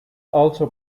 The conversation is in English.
also